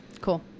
cool